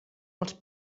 els